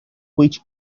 which